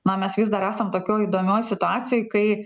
na mes vis dar esam tokioj įdomioj situacijoj kai